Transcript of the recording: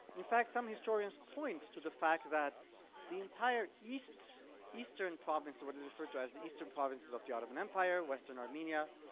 in fact some historians point to the fact that the entire eastern eastern province, what is referred to as the eastern provinces of the ottoman empire, western armenia,